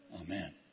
Amen